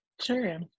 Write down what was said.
Sure